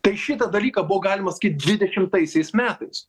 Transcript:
tai šitą dalyką buvo galima sakyt dvidešimtaisiais metais